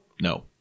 No